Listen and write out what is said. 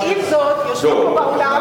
מה השאלה?